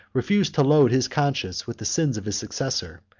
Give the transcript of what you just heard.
refused to load his conscience with the sins of his successor,